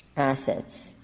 assets.